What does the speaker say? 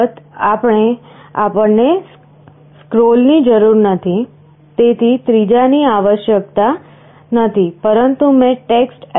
અલબત્ત આપણને સ્ક્રોલની જરૂર નથી તેથી ત્રીજાની આવશ્યકતા નથી પરંતુ મેં TextLCDScroll